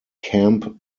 camp